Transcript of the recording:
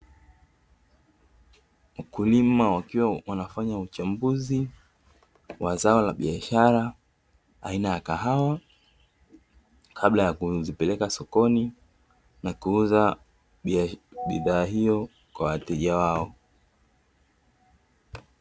Wakulima wakiwa wanafanya uchambuzi wa zao la biashara, aina ya kahawa, kabla ya kuzipeleka sokoni na kuuza bidhaa hiyo kwa wateja wao.